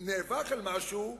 נאבק על משהו,